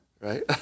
right